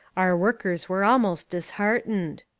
our workers were almost disheartened.